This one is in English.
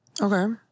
Okay